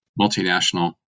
multinational